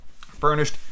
furnished